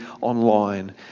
online